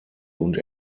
und